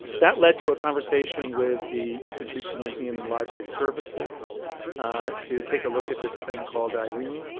that led to a conversation with the institute for museum and library services to take a look at this thing called irene.